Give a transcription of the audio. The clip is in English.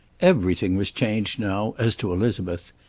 everything was changed now, as to elizabeth.